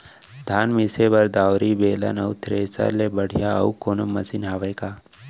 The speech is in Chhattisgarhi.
धान मिसे बर दउरी, बेलन अऊ थ्रेसर ले बढ़िया अऊ कोनो मशीन हावे का?